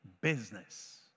business